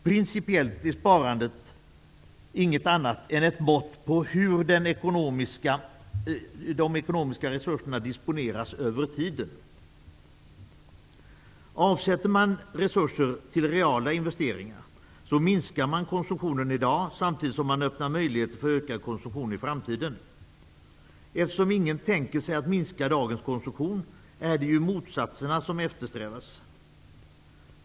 Principiellt är sparandet inget annat än ett mått på hur de ekonomiska resurserna disponeras över tiden. Avsätter man resurser till reala investeringar, minskar man konsumtionen i dag, samtidigt som man öppnar möjligheter för ökad konsumtion i framtiden. Eftersom ingen tänker sig att minska dagens konsumtion, är det ju motsatsen som eftersträvas.